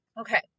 Okay